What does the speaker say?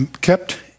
kept